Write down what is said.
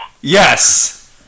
Yes